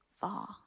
far